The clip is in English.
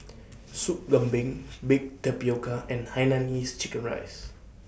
Sup Kambing Baked Tapioca and Hainanese Chicken Rice